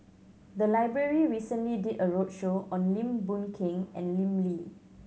the library recently did a roadshow on Lim Boon Keng and Lim Lee